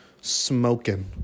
Smoking